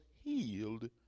healed